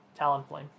Talonflame